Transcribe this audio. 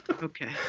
Okay